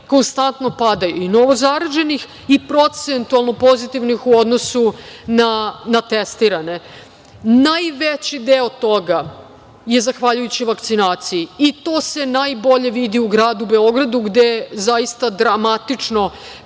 konstantno padaju i novozaraženih i procentualno pozitivnih u odnosu na testirane. Najveći deo toga je zahvaljujući vakcinaciji i to se najbolje vidi u gradu Beogradu gde dramatično